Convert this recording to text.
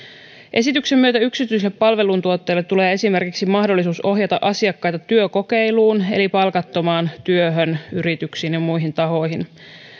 esityksen myötä yksityiselle palveluntuottajalle tulee esimerkiksi mahdollisuus ohjata asiakkaita työkokeiluun eli palkattomaan työhön yrityksiin ja muihin tahoihin